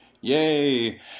Yay